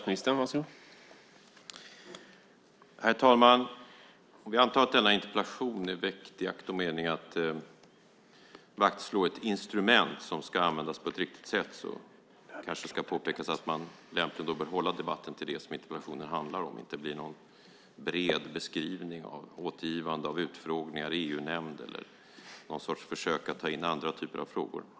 Herr talman! Om vi antar att denna interpellation är väckt i akt och mening att slå vakt om ett instrument som ska användas på ett riktigt sätt kanske det ska påpekas att man då lämpligen bör hålla debatten till det som interpellationen handlar om, så att det inte blir någon bred beskrivning och återgivande av utfrågningar i EU-nämnden eller någon sorts försök att ta in andra typer av frågor.